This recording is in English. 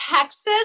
Texas